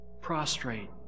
prostrate